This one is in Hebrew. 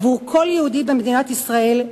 עבור כל יהודי במדינת ישראל,